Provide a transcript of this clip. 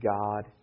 God